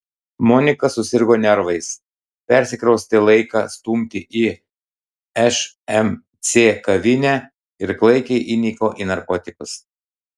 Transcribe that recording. monika susirgo nervais persikraustė laiką stumti į šmc kavinę ir klaikiai įniko į narkotikus